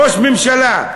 ראש ממשלה,